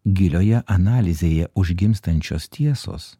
gilioje analizėje užgimstančios tiesos